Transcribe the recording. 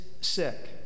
sick